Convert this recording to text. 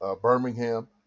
Birmingham